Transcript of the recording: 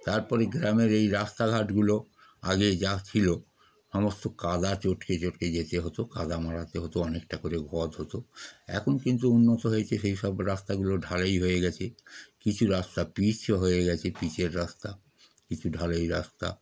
তার পরে গ্রামের এই রাস্তাঘাটগুলো আগে যা ছিল সমস্ত কাদা চটকে চটকে যেতে হতো কাদা মারাতে হতো অনেকটা করে গদ হতো এখন কিন্তু উন্নত হয়েছে সেই সব রাস্তাগুলো ঢালাই হয়ে গিয়েছে কিছু রাস্তা পিচও হয়ে গিয়েছে পিচের রাস্তা কিছু ঢালাই রাস্তা